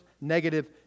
negative